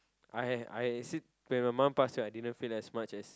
I I sit when my mom passed right I didn't feel as much as